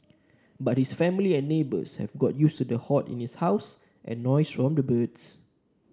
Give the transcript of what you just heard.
but his family and neighbours have got used to the hoard in his house and noise from the birds